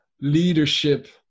Leadership